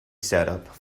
setup